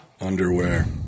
underwear